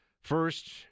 First